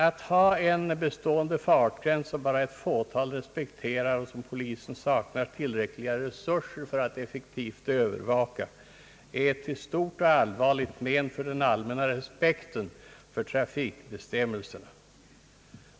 Att ha en bestående fartgräns, som bara ett fåtal respekterar och som polisen saknar tillräckliga resurser för att effektivt övervaka, är till stort och allvarligt men för den allmänna respekten för trafikbestämmelserna.